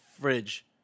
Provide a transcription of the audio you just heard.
fridge